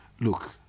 Look